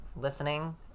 listening